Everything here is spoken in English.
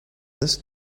this